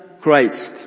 Christ